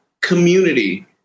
community